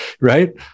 right